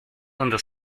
donde